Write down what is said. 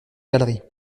galeries